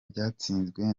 byatsinzwe